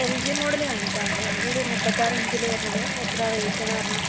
L G model കാണിച്ചാൽ മതി L ജിയുടെയൊരു മുപ്പത്താറിഞ്ചിൽ വരണത് എത്രയാണ് റേറ്റെന്നു പറഞ്ഞാൽ